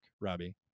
Robbie